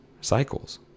cycles